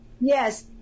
Yes